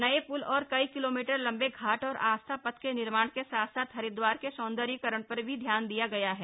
नए प्ल और कई किलोमीटर लंबे घाट और आस्था पथ के निर्माण के साथ साथ हरिद्वार के सौंदर्यीकरण पर भी ध्यान दिया गया है